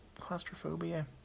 claustrophobia